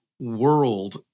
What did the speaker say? World